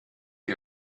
ihr